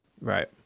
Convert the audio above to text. Right